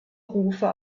rufe